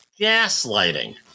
gaslighting